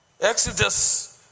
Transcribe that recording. Exodus